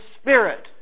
spirit